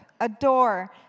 adore